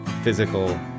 physical